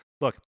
Look